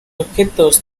objetos